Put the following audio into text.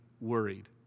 worried